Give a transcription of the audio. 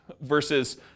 versus